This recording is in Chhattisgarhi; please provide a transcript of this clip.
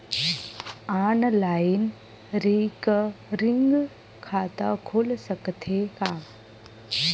ऑनलाइन रिकरिंग खाता खुल सकथे का?